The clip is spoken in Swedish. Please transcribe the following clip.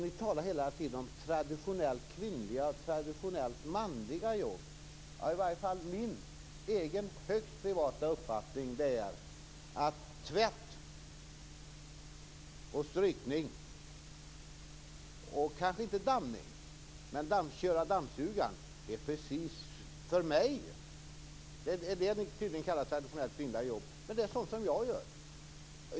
Ni talar hela tiden om traditionellt kvinnliga och traditionellt manliga jobb. Sådant som ni kallar traditionellt kvinnliga jobb är tvätt, strykning och dammsugning, och det är sådant som jag gör.